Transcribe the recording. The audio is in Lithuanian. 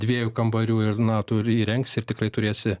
dviejų kambarių ir na tu ir įrengsi ir tikrai turėsi